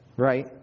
Right